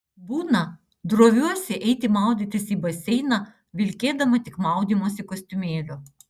būna droviuosi eiti maudytis į baseiną vilkėdama tik maudymosi kostiumėliu